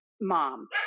mom